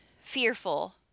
Fearful